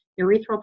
Urethral